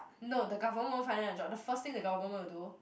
no the government won't find you a job the first thing the government will do